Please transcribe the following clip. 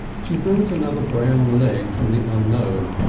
she brought another brown leg from the unknown,